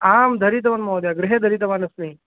आं धारितवान् महोदय गृहे धारितवानस्मि